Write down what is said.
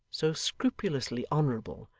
so scrupulously honourable,